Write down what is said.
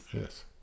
yes